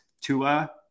Tua